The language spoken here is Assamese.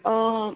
অঁ